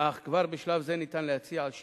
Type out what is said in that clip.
אך כבר בשלב זה ניתן להצביע על שיפור.